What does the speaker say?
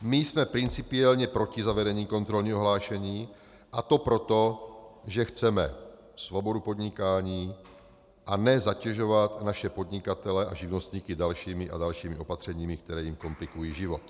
My jsme principiálně proti zavedení kontrolního hlášení, a to proto, že chceme svobodu podnikání, a ne zatěžovat naše podnikatele a živnostníky dalšími a dalšími opatřeními, která jim komplikují život.